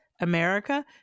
America